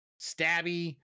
stabby